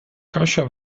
kasia